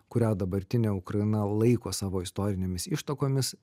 kurią dabartinė ukraina laiko savo istorinėmis ištakomis